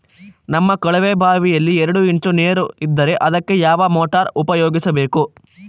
ನಮ್ಮ ಕೊಳವೆಬಾವಿಯಲ್ಲಿ ಎರಡು ಇಂಚು ನೇರು ಇದ್ದರೆ ಅದಕ್ಕೆ ಯಾವ ಮೋಟಾರ್ ಉಪಯೋಗಿಸಬೇಕು?